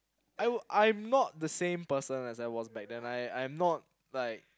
I w~ I'm not the same person as I was back then I I'm not like